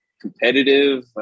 competitive